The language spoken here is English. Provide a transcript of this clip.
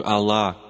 Allah